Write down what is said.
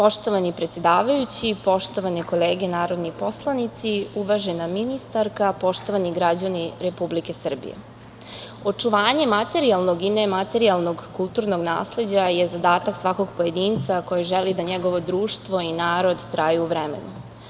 Poštovani predsedavajući, poštovane kolege narodni poslanici, uvažena ministarka, poštovani građani Republike Srbije, očuvanje materijalnog i nematerijalnog kulturnog nasleđa je zadatak svakog pojedinca koji želi da njegovo društvo i narod traju vremenom.